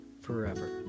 forever